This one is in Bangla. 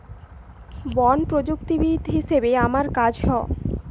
বন প্রযুক্তিবিদ হিসাবে আমার কাজ হ